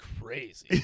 crazy